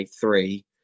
three